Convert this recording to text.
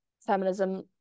feminism